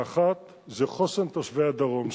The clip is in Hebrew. האחת זה חוסן תושבי הדרום שלנו.